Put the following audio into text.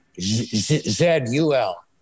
Z-U-L